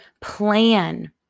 plan